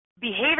Behavior